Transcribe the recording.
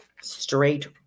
Straight